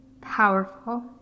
powerful